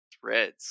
threads